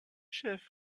chef